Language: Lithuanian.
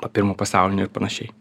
po pirmo pasaulinio ir panašiai